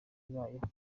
ibayeho